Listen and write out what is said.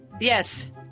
Yes